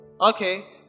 okay